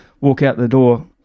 walk-out-the-door